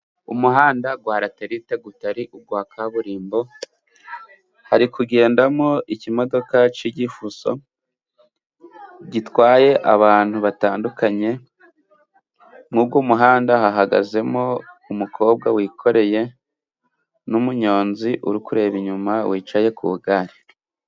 Umuhanda wa latelite utari uwa kaburimbo, hari kugendamo ikimodoka cy'igifuso gitwaye abantu batandukanye, muri uwo muhanda hahagazemo umukobwa wikoreye n'umunyonzi uri kureba inyuma wicaye ku igare.